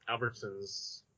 Albertsons